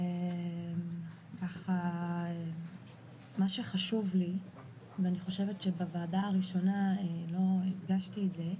מה שחשוב לי ואני חושבת שבוועדה הראשונה לא הדגשתי את זה,